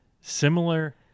similar